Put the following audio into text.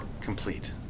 Complete